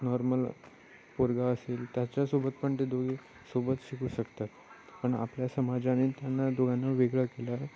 normal पोरगा असेल त्याच्यासोबत पण ते दोघे सोबत शिकू शकतात पण आपल्या समाजाने त्यांना दोघांना वेगळं केलं